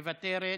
מוותרת,